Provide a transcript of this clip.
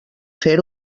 fer